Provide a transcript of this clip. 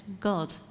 God